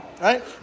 right